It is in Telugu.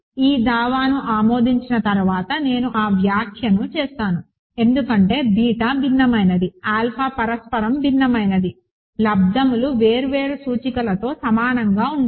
ఈ దావాను ఆమోదించిన తర్వాత నేను ఆ వ్యాఖ్యను చేస్తాను ఎందుకంటే బీటా భిన్నమైనది ఆల్ఫా పరస్పరం భిన్నమైనది లబ్దము లు వేర్వేరు సూచికలకు సమానంగా ఉండవు